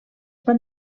van